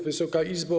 Wysoka Izbo!